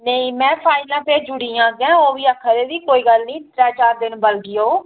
नेईं में फाइलां भेज्जी ओड़ियां अग्गें ओह् बी आक्खा दे बी कोई गल्ल निं त्रै चार दिन बलगी जाओ